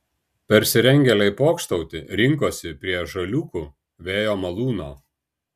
persirengėliai pokštauti rinkosi prie žaliūkių vėjo malūno